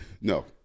No